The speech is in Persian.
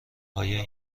آیا